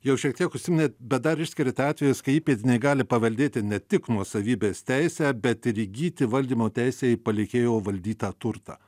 jau šiek tiek užsiminėt bet dar išskiriate atvejus kai įpėdiniai gali paveldėti ne tik nuosavybės teisę bet ir įgyti valdymo teisę į palikėjo valdytą turtą